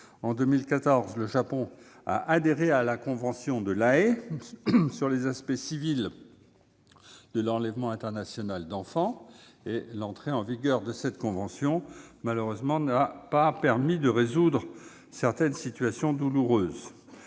En 2014, le Japon a adhéré à la convention de La Haye sur les aspects civils de l'enlèvement international d'enfants. L'entrée en vigueur de cette convention n'a malheureusement pas permis de résoudre certaines situations douloureuses,